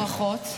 ברכות.